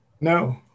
No